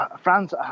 France